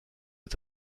est